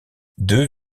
deux